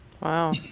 Wow